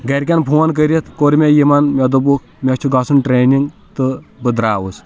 گرِکٮ۪ن فون کٔرِتھ کور مے یِمن مے دوپُکھ مے چھُ گَژھُن ٹرٛینِنٛگ تہٕ بہٕ درٛاوُس